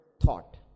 thought